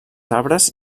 arbres